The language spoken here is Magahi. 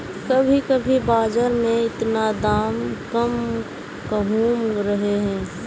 कभी कभी बाजार में इतना दाम कम कहुम रहे है?